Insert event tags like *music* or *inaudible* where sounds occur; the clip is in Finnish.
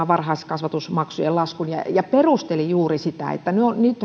*unintelligible* varhaiskasvatusmaksujen laskun ja perusteli sitä juuri sillä että